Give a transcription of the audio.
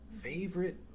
favorite